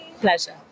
Pleasure